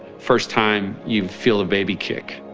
first time you feel a baby kick,